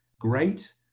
great